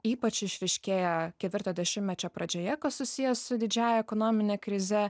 ypač išryškėję ketvirto dešimmečio pradžioje kas susiję su didžiąja ekonomine krize